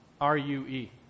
R-U-E